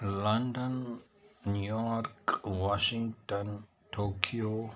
London New York Washington Tokyo